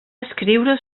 escriure